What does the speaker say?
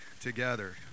together